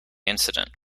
incident